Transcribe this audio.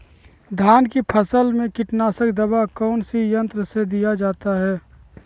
धान की फसल में कीटनाशक दवा कौन सी यंत्र से दिया जाता है?